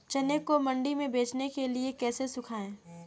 चने को मंडी में बेचने के लिए कैसे सुखाएँ?